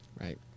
Right